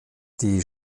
die